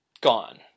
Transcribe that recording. gone